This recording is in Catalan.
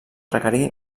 requerir